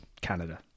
Canada